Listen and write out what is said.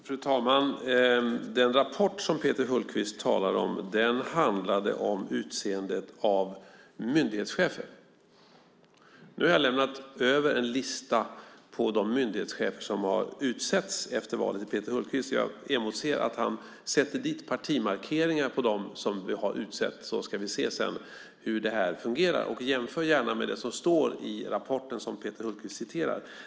Fru talman! Den rapport som Peter Hultqvist talar om handlade om utseende av myndighetschefer. Nu har jag lämnat över en lista till Peter Hultqvist på de myndighetschefer som har utsetts efter valet, och jag emotser att han sätter dit partimarkeringar på dem som vi har utsett. Då kan vi se hur detta fungerar. Jämför gärna med det som står i rapporten som Peter Hultqvist redogjorde för.